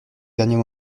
dernier